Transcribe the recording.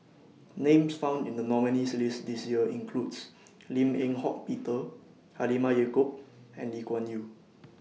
Names found in The nominees' list This Year includes Lim Eng Hock Peter Halimah Yacob and Lee Kuan Yew